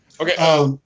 Okay